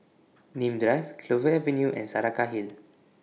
Nim Drive Clover Avenue and Saraca Hill